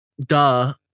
duh